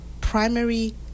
primary